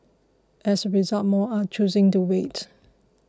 as result more are choosing to wait